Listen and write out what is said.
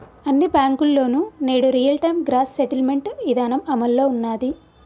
అన్ని బ్యేంకుల్లోనూ నేడు రియల్ టైం గ్రాస్ సెటిల్మెంట్ ఇదానం అమల్లో ఉన్నాది